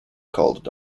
called